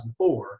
2004